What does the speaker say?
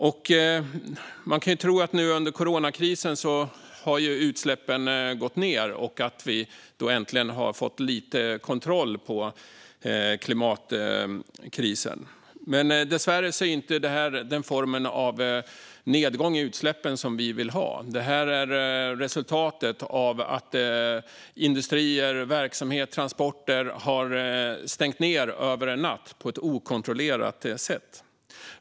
Man skulle kunna tro att utsläppen har gått ned nu under coronakrisen och att vi äntligen har fått lite kontroll på klimatkrisen. Men dessvärre är inte det här den form av nedgång i utsläppen som vi vill ha. Det här är resultatet av att industrier, verksamheter och transporter har stängt ned över en natt på ett okontrollerat sätt.